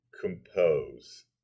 compose